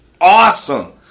awesome